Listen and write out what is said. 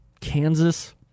kansas